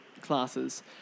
classes